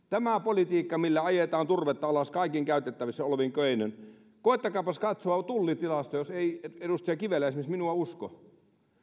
tämä politiikka millä ajetaan turvetta alas kaikin käytettävissä olevin keinoin koettakaapas katsoa tullitilastoja jos ei edustaja kivelä esimerkiksi minua usko